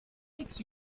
makes